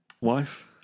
Wife